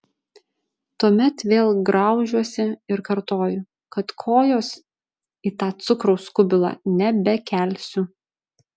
tuomet vėl graužiuosi ir kartoju kad kojos į tą cukraus kubilą nebekelsiu